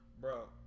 bro